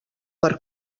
per